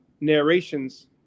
narrations